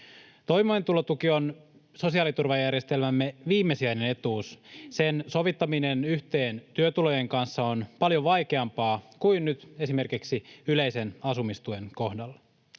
Toimeentulotuki on sosiaaliturvajärjestelmämme viimesijainen etuus. Sen sovittaminen yhteen työtulojen kanssa on paljon vaikeampaa kuin nyt esimerkiksi yleisen asumistuen kohdalla.